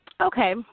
Okay